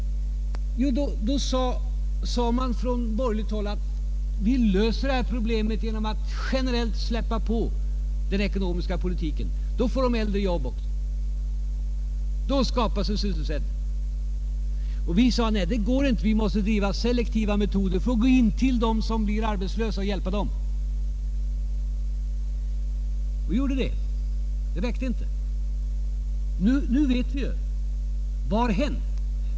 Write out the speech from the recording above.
Jo, man sade från borgerligt håll att man skulle kunna lösa dessa problem genom att generellt släppa på den ekonomiska politiken. Då skulle det skapas sysselsättning, och då skulle de äldre också få jobb. Men vi ansåg att det inte skulle gå utan att vi måste använda selektiva metoder och inrikta hjälpen på dem som blev arbetslösa. Vi gjorde det, men det räckte inte. Vad har hänt? Jo, det vet vi nu.